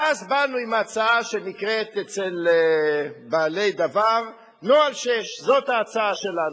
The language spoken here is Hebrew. ואז באנו עם ההצעה שנקראת אצל בעלי דבר "נוהל 6". זאת ההצעה שלנו.